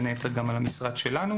בין היתר גם על המשרד שלנו,